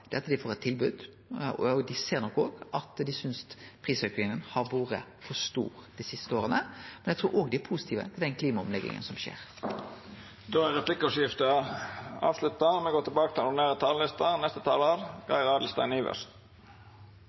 er at dei får eit tilbod. Dei synest nok òg prisauken har vore for stor dei siste åra, men eg trur dei er positive til den klimaomlegginga som skjer. Replikkordskiftet er avslutta.